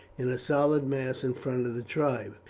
in a solid mass in front of the tribe.